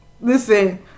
Listen